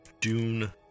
Dune